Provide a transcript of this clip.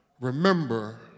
remember